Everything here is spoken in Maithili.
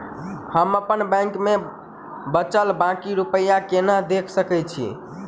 हम अप्पन बैंक मे बचल बाकी रुपया केना देख सकय छी?